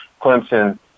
Clemson